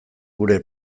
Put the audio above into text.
gure